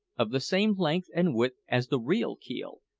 of the same length and width as the real keel,